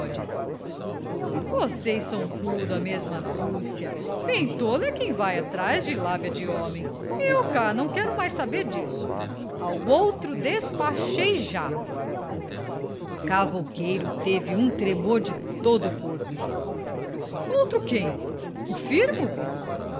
bigodes vocês são tudo a mesma súcia bem tola é quem vai atrás de lábia de homem eu cá não quero mais saber disso ao outro despachei já o cavouqueiro teve um tremor de todo o corpo outro quem o firmo